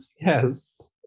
Yes